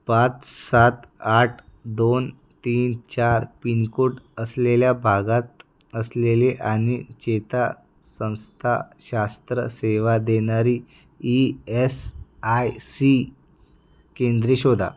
पाच सात आठ दोन तीन चार पिनकोड असलेल्या भागात असलेले आणि चेतासंस्थाशास्त्र सेवा देणारी ई एस आय सी केंद्रे शोधा